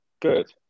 good